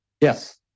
Yes